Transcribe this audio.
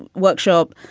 workshop.